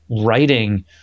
writing